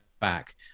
back